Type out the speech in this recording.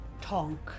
Tonk